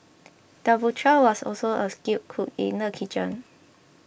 the butcher was also a skilled cook in the kitchen